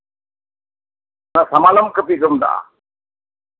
ᱥᱟᱢᱟᱱᱚᱢ ᱠᱟᱯᱤ ᱠᱚ ᱢᱮᱛᱟᱜᱼᱟ